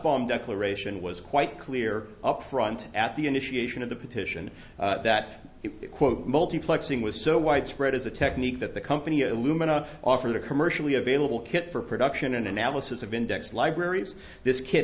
m declaration was quite clear up front at the initiation of the petition that it quote multiplexing was so widespread as a technique that the company alumina offered a commercially available kit for production an analysis of index libraries this ki